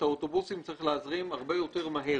את האוטובוסים צריך להזרים הרבה יותר מהר.